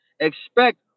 expect